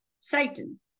Satan